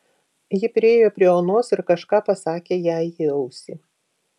ji priėjo prie onos ir kažką pasakė jai į ausį